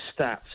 stats